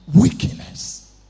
weakness